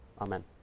Amen